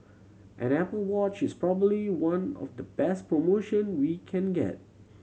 an Apple Watch is probably one of the best promotion we can get